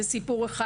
זה סיפור אחד.